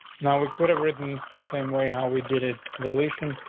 now, we could have written same way how we did it delish in.